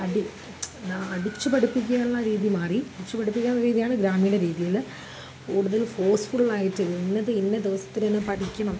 അടി അടിച്ചു പഠിപ്പിക്കുക എന്ന രീതി മാറി അടിച്ച് പഠിപ്പിക്കുന്ന രീതിയാണ് ഗ്രാമീണ രീതിയിൽ കൂടുതൽ ഫോഴസ്ഫുള്ളായിട്ട് ഇന്നത് ഇന്ന ദിവസത്തിൽ അത് പഠിക്കണം